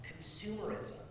Consumerism